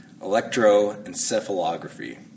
electroencephalography